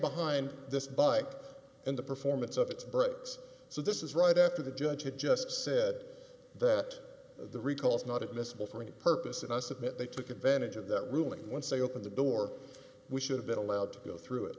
behind this but in the performance of its bret's so this is right after the judge had just said that the recall is not admissible for any purpose and i submit they took advantage of that ruling once they open the door we should have been allowed to go through it